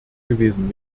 gewesen